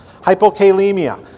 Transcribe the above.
Hypokalemia